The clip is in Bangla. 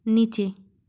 নিচে